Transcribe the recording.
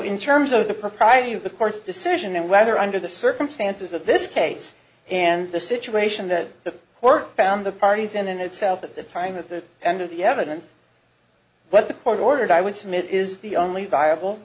in terms of the propriety of the court's decision and whether under the circumstances of this case and the situation that the work found the parties in itself at the time of the end of the evidence what the court ordered i would submit is the only viable